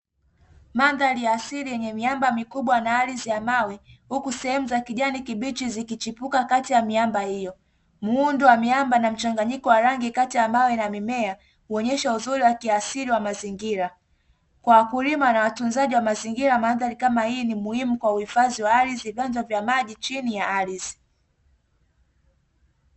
Mandhari ya asili yenye miamba mikubwa na ardhi ya mawe, huku sehemu za kijani kibichi zikichipuka kati ya miamba hiyo. Muundo wa miamba na mchanganyiko wa rangi kati ya mawe na mimea kuonyesha uzuri wa kiasili wa mazingira. Kwa wakulima na watunzaji wa mazingira mandhari kama hii ni muhimu kwa uhifadhi wa ardhi, vyanzo vya maji chini ya ardhi.